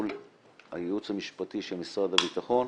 מול הייעוץ המשפטי של משרד הביטחון,